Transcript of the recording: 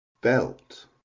belt